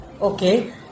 Okay